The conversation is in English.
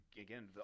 again